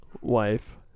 wife